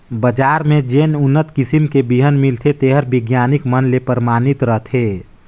बजार में जेन उन्नत किसम के बिहन मिलथे तेहर बिग्यानिक मन ले परमानित रथे